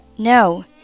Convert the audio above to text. No